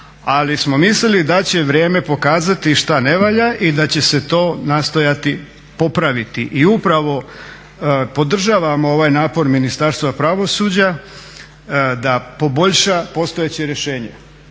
ali smo mislili da će vrijeme pokazati što ne valja i da će se to nastojati popraviti. I upravo podržavamo ovaj napor Ministarstva pravosuđa da poboljša postojeće rješenje.